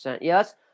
yes